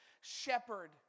shepherd